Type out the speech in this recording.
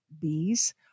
bees